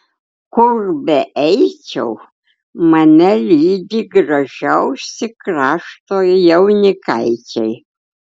kur beeičiau mane lydi gražiausi krašto jaunikaičiai